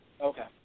Okay